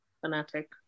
fanatic